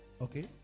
Okay